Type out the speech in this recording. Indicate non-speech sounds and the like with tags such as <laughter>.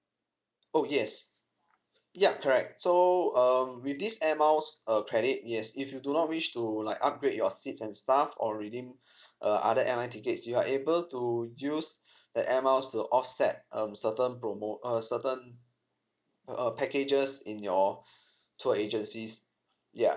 oh yes ya correct so um with this air miles uh credit yes if you do not wish to like upgrade your seats and stuff or redeem uh other airline tickets you are able to use the air miles to offset um certain promo uh certain uh packages in your <breath> tour agencies ya